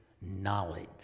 knowledge